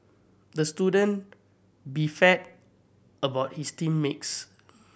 the student beefed about his team makes